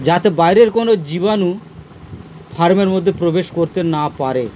যাতে বাইরের কোনো জীবাণু ফার্মের মধ্যে প্রবেশ করতে না পারে